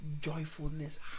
joyfulness